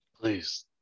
Please